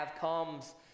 comes